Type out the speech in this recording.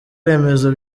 remezo